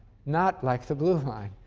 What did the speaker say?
not like the blue line.